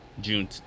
June